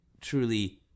truly